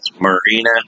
Marina